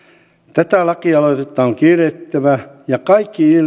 tätä lakialoitetta on kiirehdittävä ja kaikki